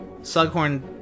Slughorn